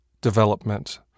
development